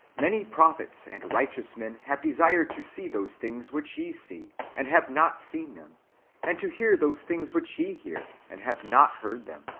many prophets and righteous men have desired to see those things which ye see, and have not seen them and to hear those things which ye hear, and have not heard them.